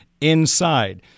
inside